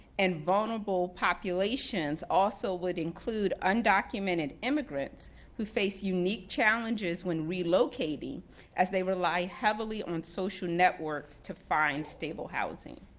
and vulnerable populations also would include undocumented immigrants who face unique challenges when relocating as they rely heavily on social networks to find stable housing.